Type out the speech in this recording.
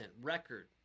Record